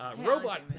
Robot